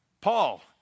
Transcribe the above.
Paul